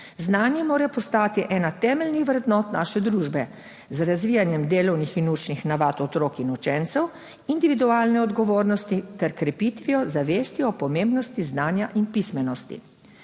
Znanje mora postati ena temeljnih vrednot naše družbe, z razvijanjem delovnih in učnih navad otrok in učencev, individualne odgovornosti ter krepitvijo zavesti o pomembnosti znanja in pismenosti.